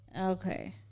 Okay